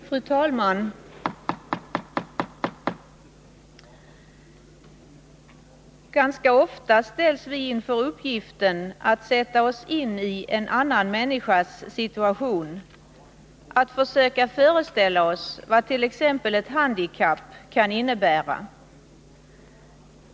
Fru talman! Ganska ofta ställs vi inför uppgiften att sätta oss in i en annan människas situation, att försöka föreställa oss vad t.ex. ett handikapp kan innebära.